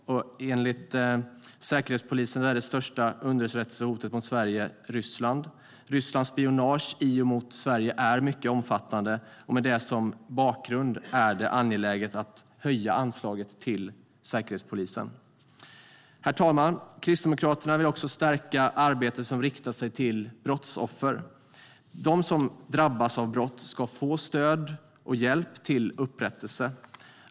Enligt Säkerhetspolisen är Ryssland det största underrättelsehotet mot Sverige. Rysslands spionage i och mot Sverige är mycket omfattande. Med det som bakgrund är det angeläget att höja anslaget till Säkerhetspolisen. Herr talman! Kristdemokraterna vill också stärka arbetet som riktar sig till brottsoffer. De som drabbas av brott ska få stöd och hjälp till upprättelse.